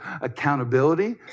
accountability